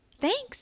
Thanks